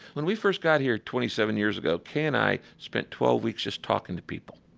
when we first got here twenty seven years ago, kay and i spent twelve weeks just talking to people.